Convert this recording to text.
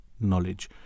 knowledge